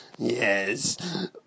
Yes